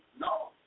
No